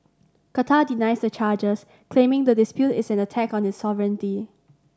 qatar denies the charges claiming the dispute is an attack on its sovereignty